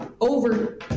over